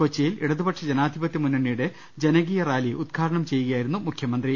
കൊച്ചിയിൽ ഇടതുപക്ഷ ജനാധിപത്യ മുന്ന ണിയുടെ ജനകീയ റാലി ഉദ്ഘാട്ടന്ം ചെയ്യുകയായിരുന്നു മുഖ്യമ ന്ത്രി